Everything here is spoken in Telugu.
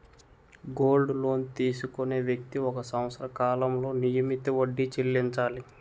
గోల్డ్ లోన్ తీసుకునే వ్యక్తి ఒక సంవత్సర కాలంలో నియమిత వడ్డీ చెల్లించాలి